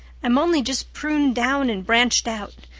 i'm only just pruned down and branched out.